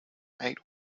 eight